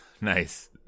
Nice